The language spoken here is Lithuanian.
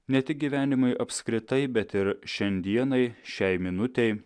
ne tik gyvenimui apskritai bet ir šiandienai šiai minutei